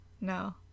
no